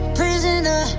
prisoner